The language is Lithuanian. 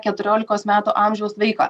keturiolikos metų amžiaus vaiko